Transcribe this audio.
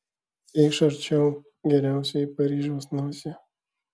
eikš arčiau geriausioji paryžiaus nosie